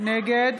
נגד